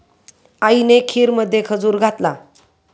आईने खीरमध्ये खजूर घातला